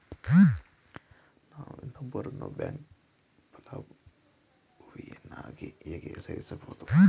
ನಾನು ಇನ್ನೊಬ್ಬರನ್ನು ಬ್ಯಾಂಕ್ ಫಲಾನುಭವಿಯನ್ನಾಗಿ ಹೇಗೆ ಸೇರಿಸಬಹುದು?